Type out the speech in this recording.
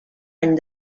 any